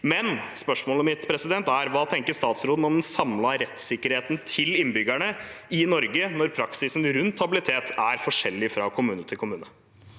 men spørsmålet mitt er: Hva tenker statsråden om den samlede rettssikkerheten til innbyggerne i Norge når praksisen rundt habilitet er forskjellig fra kommune til kommune?